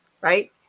right